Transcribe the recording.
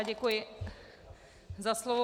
Děkuji za slovo.